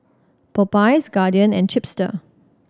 Popeyes Guardian and Chipster